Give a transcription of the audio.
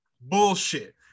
Bullshit